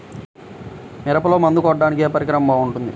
మిరపలో మందు కొట్టాడానికి ఏ పరికరం బాగుంటుంది?